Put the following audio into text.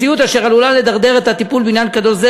מציאות אשר עלולה לדרדר את הטיפול בעניין קדוש זה